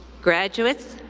graduates,